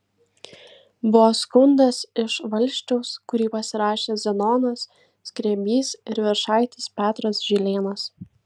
buvo skundas iš valsčiaus kurį pasirašė zenonas skrebys ir viršaitis petras žilėnas